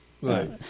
Right